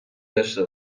داشته